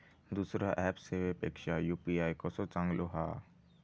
दुसरो ऍप सेवेपेक्षा यू.पी.आय कसो चांगलो हा?